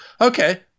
Okay